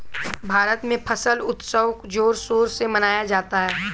भारत में फसल उत्सव जोर शोर से मनाया जाता है